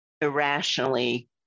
irrationally